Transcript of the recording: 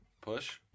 push